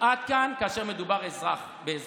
עד כאן כאשר מדובר באזרח.